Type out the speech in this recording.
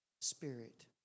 spirit